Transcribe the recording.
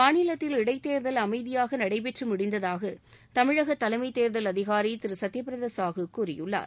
மாநிலத்தில் இடைத் தேர்தல் அமைதியாக நடைபெற்று முடிந்ததாக தமிழக தலைமைத் தேர்தல் அதிகாரி திரு சத்யபிரதா சாஹூ கூறியுள்ளார்